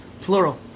plural